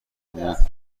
موند